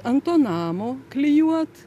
ant to namo klijuot